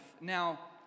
Now